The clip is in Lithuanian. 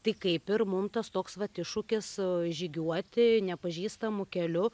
tai kaip ir mum tas toks vat iššūkis su žygiuoti nepažįstamu keliu